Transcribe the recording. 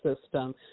system